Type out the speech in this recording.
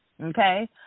Okay